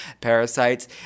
parasites